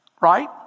Right